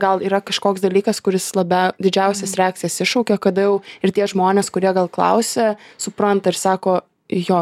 gal yra kažkoks dalykas kuris labiau didžiausias reakcijas iššaukia kada jau ir tie žmonės kurie gal klausia supranta ir sako jo